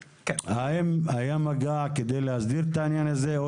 האם היה מגע כדי להסדיר את העניין הזה או